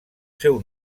seu